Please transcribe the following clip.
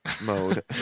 mode